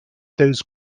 those